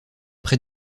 près